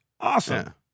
Awesome